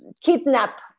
kidnap